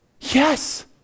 Yes